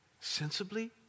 Sensibly